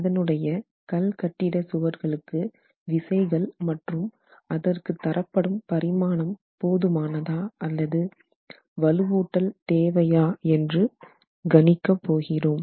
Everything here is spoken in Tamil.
அதனுடைய கல்கட்டிட சுவர்களுக்கு விசைகள் மற்றும் அதற்கு தரப்படும் பரிமாணம் போதுமானதா அல்லது வலுவூட்டல் தேவையா என்று கணிக்க போகிறோம்